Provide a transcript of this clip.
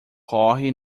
corre